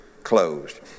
Closed